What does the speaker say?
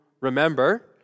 remember